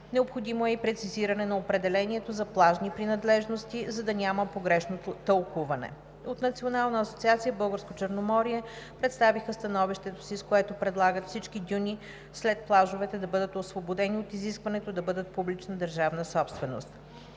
Необходимо е и прецизиране на определението за плажни принадлежности, за да няма погрешно тълкуване. От Националната асоциация „Българско Черноморие“ представиха становището си, с което предлагат всички дюни след плажовете да бъдат освободени от изискването да бъдат публична държавна собственост.